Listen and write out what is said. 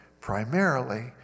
primarily